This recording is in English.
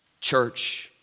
Church